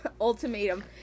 ultimatum